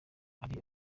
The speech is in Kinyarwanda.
turi